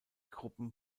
gruppen